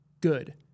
good